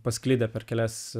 pasklidę per kelias